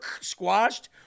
squashed